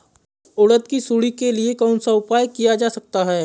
उड़द की सुंडी के लिए कौन सा उपाय किया जा सकता है?